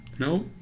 No